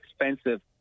expensive